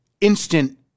instant